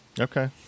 Okay